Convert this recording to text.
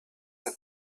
that